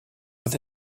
with